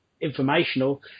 informational